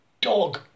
dog